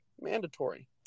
Mandatory